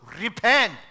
repent